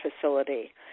facility